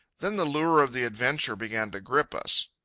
then the lure of the adventure began to grip us.